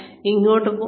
എന്നിട്ട് ഇങ്ങോട്ട് പോ